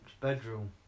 bedroom